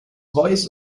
voice